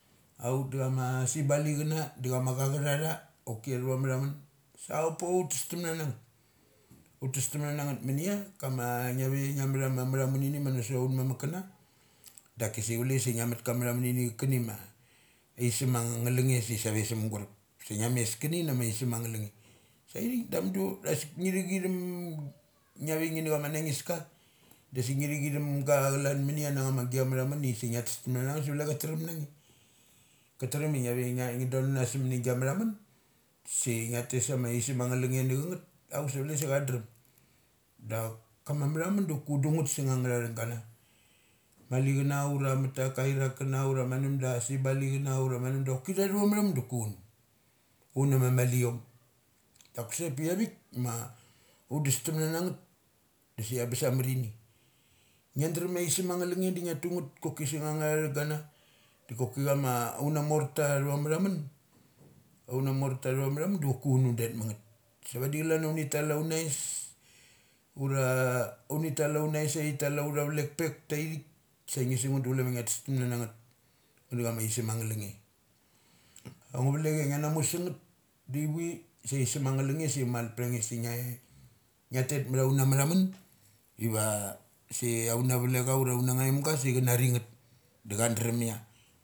Auk da chama sibali chana, da chama chacutatha, oki atha va matha matha mun. Sa apa utes tam nanangeth. Utes tam na na ngeth klan mun munia. Kama ngia ve ngia mathanun ini mana sot auna mamuk kana dakisi chule sa nga mut ka matha munini cha kani ma isem angngalungne. Sa thik da amudu dasikn ngi thum ngia ve nga na chama nangiska dasik ngi thukithumga chalan mania nanga ma gia matha mun ia sik ngia tes tam na na ngeth sa cule cha tram na nge. Ka taram ia ngia ve ngia don namas sa mari gia mathamun. Si ngia tes ama arsemang nga lungene na changeth auk chule sa chan drem. Dak kama matha mun dok un do ngeth sangnga thathung gana malichana. Urameta, kariak kana ura ma numoks sim bali chana urama namda. Choki tha athava matha mun dok un. Un ama maliom. Da chusek pioik ma undes tam nana ngeth disia bes a mar ini. Ngik drumia aisem angnga lungne ngia tu ngeth koki asung angngathathung yana. Doki chama aunamorta athava mathamun. Aunamorta athava matha mun doki un udet mangeth. Savadi calania uni tal aunais. Ura unital aunis sa thi tal autha vlekpek taithik sa ngi sunsetha chule ma ngia tes tum na na ngeth na chama arsem ang nga lungne. A ngu vlek ia ngia namu sangneth divi sai sum angnga lungne sa ngiait. Ngia tet ma tha utha mathamun. Va sai una vekona ura unangaimga sai chanani ngeth da chan drumia.